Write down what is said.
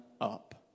up